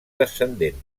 descendent